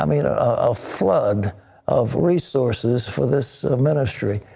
i mean ah a flood of resources for this ministry.